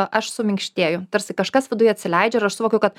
aš suminkštėju tarsi kažkas viduj atsileidžia ir aš suvokiu kad